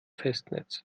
festnetz